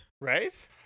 right